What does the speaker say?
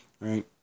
Right